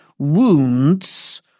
Wounds